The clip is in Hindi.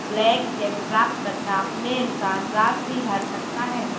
ब्लैंक चेक प्राप्तकर्ता अपने अनुसार राशि भर सकता है